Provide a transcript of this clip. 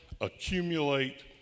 accumulate